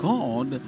God